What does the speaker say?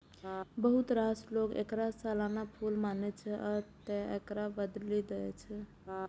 बहुत रास लोक एकरा सालाना फूल मानै छै, आ तें एकरा बदलि दै छै